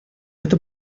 эта